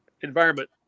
environment